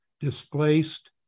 displaced